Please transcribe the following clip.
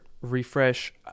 refresh